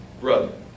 brother